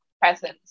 presence